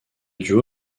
duo